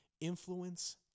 Influence